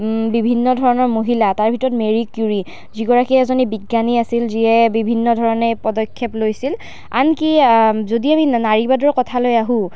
বিভিন্ন ধৰণৰ মহিলা তাৰ ভিতৰত মেৰী কিউৰী যিগৰাকী এজনী বিজ্ঞানী আছিল যিয়ে বিভিন্ন ধৰণে পদক্ষেপ লৈছিল আনকি যদি আমি নাৰীবাদৰ কথালৈ আহোঁ